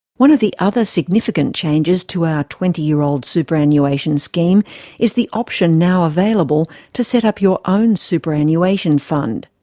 one of the other significant changes to our twenty year old superannuation scheme is the option now available to set up your own superannuation fund.